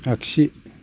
आगसि